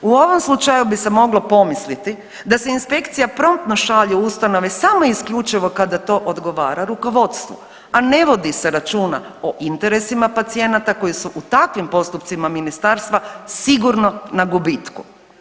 U ovom slučaju bi se moglo pomisliti da se inspekcija promptno šalje u ustanove samo i isključivo kada to odgovara rukovodstvu, a ne vodi se računa o interesima pacijenata koji su u takvim postupcima ministarstva sigurno na gubitku.